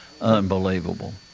unbelievable